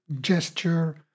gesture